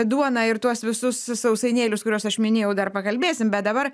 duoną ir tuos visus sausainėlius kuriuos aš minėjau dar pakalbėsim bet dabar